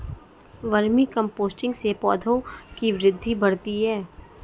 vermi composting से पौधों की वृद्धि बढ़ती है